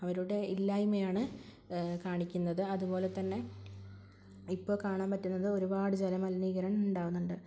അവയുടെ ഇല്ലായ്മയാണ് കാണിക്കുന്നത് അതുപോലെതന്നെ ഇപ്പോള് കാണാന് പറ്റുന്നത് ഒരുപാട് ജലമലിനീകരണം ഉണ്ടാകുന്നുണ്ട്